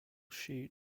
sheet